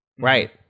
Right